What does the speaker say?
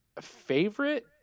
favorite